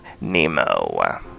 Nemo